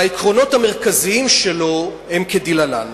והעקרונות המרכזיים שלו הם כדלהלן: